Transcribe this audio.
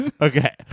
Okay